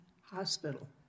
Hospital